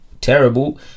terrible